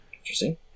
Interesting